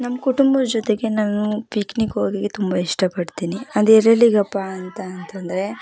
ನಮ್ಮ ಕುಟುಂಬದ ಜೊತೆಗೆ ನಾನು ಪಿಕ್ನಿಕ್ ಹೋಗೋಕ್ಕೆ ತುಂಬ ಇಷ್ಟಪಡ್ತೀನಿ ಅದೆಲ್ಲೆಲ್ಲಿಗಪ್ಪ ಅಂತ ಅಂತಂದರೆ